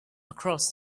across